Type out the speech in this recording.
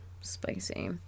Spicy